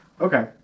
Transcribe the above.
Okay